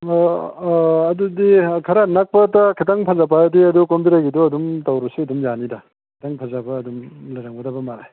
ꯑꯗꯨꯗꯤ ꯈꯔ ꯅꯛꯄꯗ ꯈꯤꯇꯪ ꯐꯖꯕ ꯍꯥꯏꯔꯗꯤ ꯑꯗꯨ ꯀꯣꯝꯕꯤꯔꯩꯒꯤꯗꯣ ꯑꯗꯨꯝ ꯇꯧꯔꯁꯨ ꯑꯗꯨꯝ ꯌꯥꯅꯤꯗ ꯈꯤꯇꯪ ꯐꯖꯕ ꯑꯗꯨꯝ ꯂꯩꯔꯝꯒꯗꯕ ꯃꯥꯜꯂꯦ